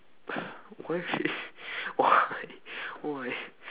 why he why why